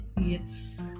Yes